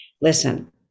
listen